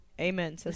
amen